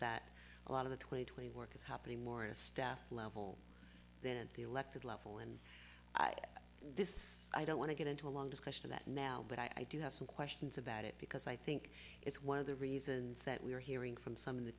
that a lot of the twenty twenty work is happening more a staff level than an elected level and this i don't want to get into a long discussion of that now but i do have some questions about it because i think it's one of the reasons that we are hearing from some in the